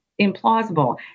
implausible